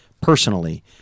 personally